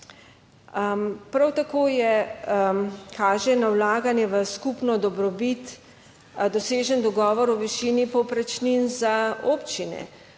Prav tako je, kaže na vlaganje v skupno dobrobit dosežen dogovor o višini povprečnin za občine,